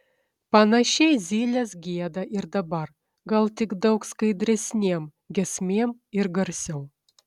panašiai zylės gieda ir dabar gal tik daug skaidresnėm giesmėm ir garsiau